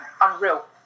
unreal